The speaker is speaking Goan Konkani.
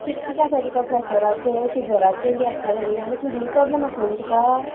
कित कितें आसलेलें तुका प्रेशराचें शुगराचें बी आसलेलें न्हू आनी किडनी प्रोबल्म आसलें न्हू तुका